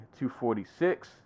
246